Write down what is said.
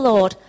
Lord